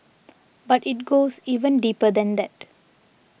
but it goes even deeper than that